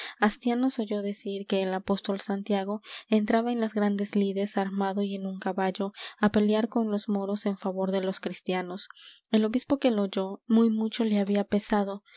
astianos oyó decir que el apóstol santiago entraba en las grandes lides armado y en un caballo á pelear con los moros en favor de los cristianos el obispo que lo oyó muy mucho le había pesado